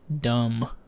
dumb